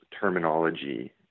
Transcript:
terminology